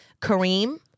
Kareem